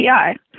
API